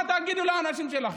מה תגידו לאנשים שלכם?